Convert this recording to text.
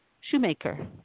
Shoemaker